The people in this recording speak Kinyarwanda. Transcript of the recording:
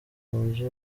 munzu